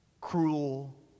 cruel